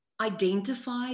identify